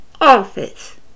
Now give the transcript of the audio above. office